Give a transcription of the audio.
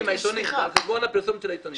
זה על חשבון הפרסומת של העיתונים.